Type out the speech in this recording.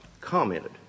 commented